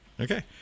Okay